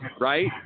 right